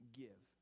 give